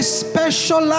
special